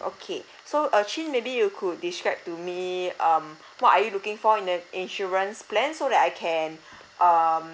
okay so uh chin maybe you could describe to me um what are you looking for in the insurance plan so that I can um